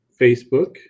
Facebook